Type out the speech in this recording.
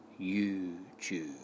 YouTube